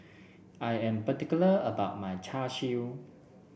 I am particular about my Char Siu